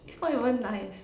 it's not even nice